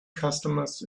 customers